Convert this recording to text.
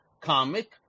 Comic